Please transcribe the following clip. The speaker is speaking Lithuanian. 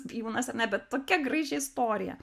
bijūnas ar ne bet tokia graži istorija